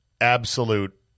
absolute